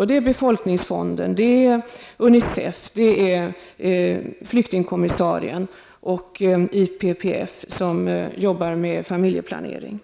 Och det är Befolkningsfonden, UNICEF, flyktingkommissarien och IPPF, som jobbar med familjeplanering.